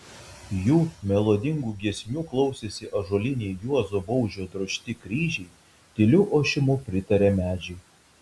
jų melodingų giesmių klausėsi ąžuoliniai juozo baužio drožti kryžiai tyliu ošimu pritarė medžiai